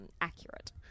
accurate